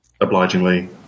Obligingly